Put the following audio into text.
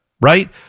right